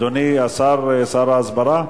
אדוני שר ההסברה,